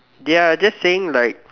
ya just saying like